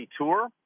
Tour